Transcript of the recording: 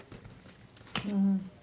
mmhmm